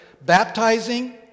baptizing